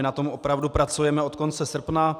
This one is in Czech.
My na tom opravdu pracujeme od konce srpna.